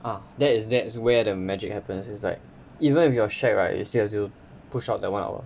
ah that is that is where the magic happens it's like even if you are shag right you still have to push out that one hour